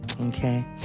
Okay